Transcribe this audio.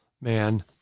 man